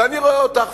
ואני רואה אותך,